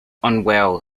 unwell